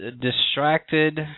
distracted